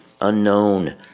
unknown